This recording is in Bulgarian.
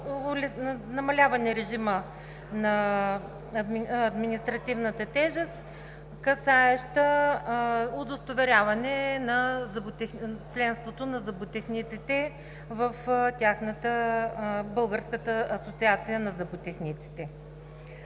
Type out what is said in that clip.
намаляване на режима на административната тежест, касаеща удостоверяване на членство на зъботехниците в Българската асоциация на зъботехниците.